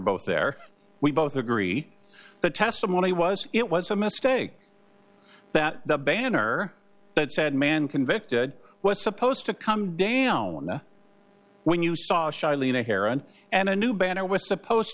both there we both agree the testimony was it was a mistake that the banner that said man convicted was supposed to come down when you saw charlene a hair on and a new banner was supposed